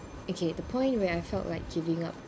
okay the point where I felt like giving up